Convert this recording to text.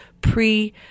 pre